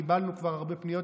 וקיבלנו כבר הרבה פניות.